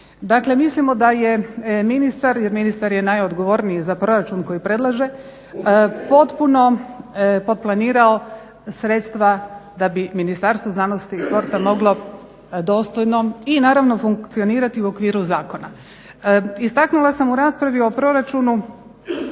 Dakle mislimo da je ministar, jer ministar je najodgovorniji za proračun koji predlaže, potpuno potplanirao sredstva da bi Ministarstvo znanosti i sporta moglo dostojno i naravno funkcionirati u okviru zakona. Istaknula sam u raspravi o proračunu